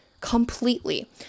completely